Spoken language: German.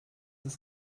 das